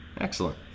Excellent